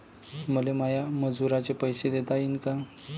मले माया मजुराचे पैसे देता येईन का?